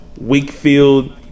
Wakefield